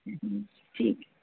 ठीक ऐ